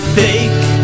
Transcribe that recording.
fake